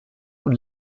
und